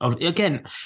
Again